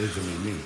אילו מילים.